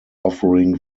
offering